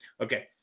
Okay